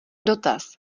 dotaz